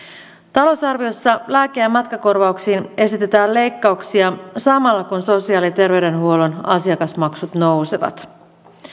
talousarviossa lääke ja matkakorvauksiin esitetään leikkauksia samalla kun sosiaali ja terveydenhuollon asiakasmaksut nousevat